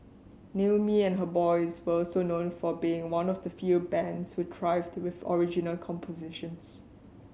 Naomi and her boys were also known for being one of the few bands who thrived with original compositions